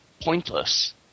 pointless